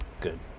Good